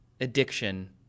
addiction